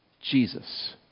Jesus